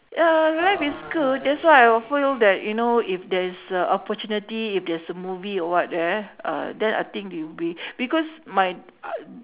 ya life is good that's why I feel that you know if there is a opportunity if there's a movie or what there then I think we will be because my